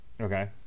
okay